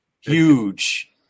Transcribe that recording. huge